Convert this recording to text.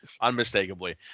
unmistakably